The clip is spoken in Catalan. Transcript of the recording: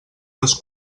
les